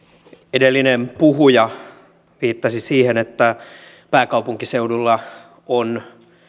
edellinen puhuja viittasi siihen että pääkaupunkiseudulla on